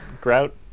grout